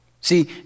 See